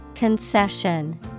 Concession